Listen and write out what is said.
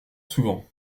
souvent